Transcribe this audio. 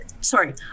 sorry